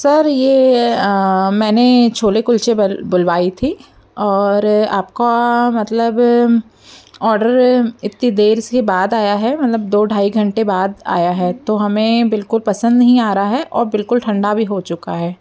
sir ये मैंने छोले कुलचे बुलवाई थी और आपका मतलब औडर इतनी देर से बाद आया है मतलब दो ढाई घंटे बाद आया है तो हमें बिल्कुल पसंद नहीं आ रहा है औ बिल्कुल ठंडा भी हो चुका है